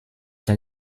than